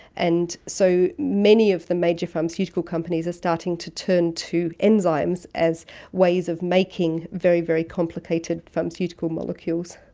and so many of the major pharmaceutical companies are starting to turn to enzymes as ways of making very, very complicated pharmaceutical molecules.